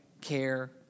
care